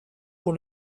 pour